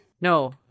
No